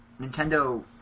Nintendo